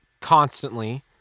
constantly